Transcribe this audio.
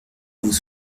vous